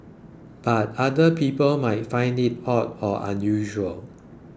but other people might find it odd or unusual